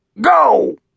go